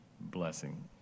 blessing